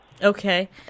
Okay